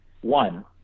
One